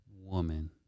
Woman